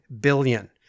billion